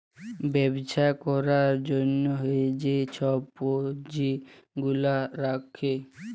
ব্যবছা ক্যরার জ্যনহে যে ছব পুঁজি গুলা রাখে